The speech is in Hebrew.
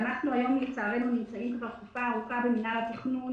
אנחנו היום לצערנו נמצאים כבר תקופה ארוכה במינהל התכנון